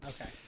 Okay